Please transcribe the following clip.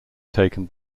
taken